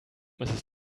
mrs